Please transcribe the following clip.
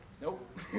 Nope